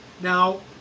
Now